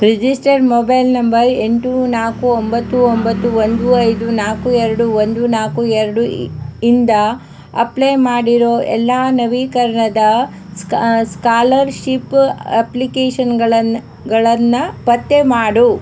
registered mobile number ಎಂಟು ನಾಲ್ಕು ಒಂಬತ್ತು ಒಂಬತ್ತು ಒಂದು ಐದು ನಾಲ್ಕು ಎರಡು ಒಂದು ನಾಲ್ಕು ಎರಡು ಇಂದ ಅಪ್ಲೈ ಮಾಡಿರೋ ಎಲ್ಲ ನವೀಕರಣದ ಸ್ಕಾಲರ್ಶಿಪ್ ಅಪ್ಲಿಕೇಷನ್ಗಳನ್ನು ಪತ್ತೆ ಮಾಡು